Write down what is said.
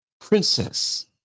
Princess